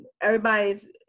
everybody's